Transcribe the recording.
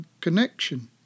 connection